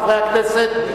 חברי הכנסת,